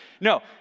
No